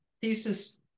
thesis